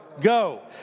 Go